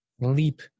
leap